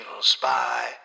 spy